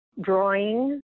drawing